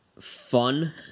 fun